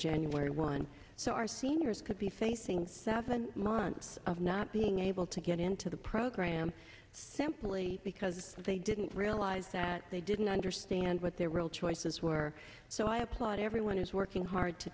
january one so our seniors could be facing seven months of not being able to get into the program simply because they didn't realize that they didn't understand what their real choices were so i applaud everyone is working hard to